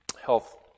health